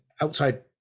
outside